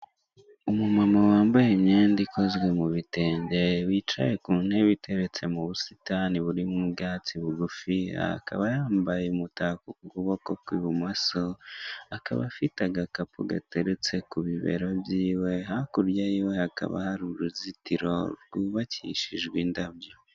Umu mama wambaye imyenda ikozwe mu bitenge, wicaye ku ntebe itereste mu busitani burimo ubwatsi bugufiya, akaba yambaye umutako ku kuboko kw'ibumoso, akaba afite agakapu gateretse ku bibero byiwe. Hakurya yiwe hakaba hari uruzitiro rwubakishijwe indabyo.